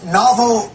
novel